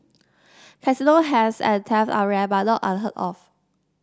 casino heist and theft are rare but not unheard of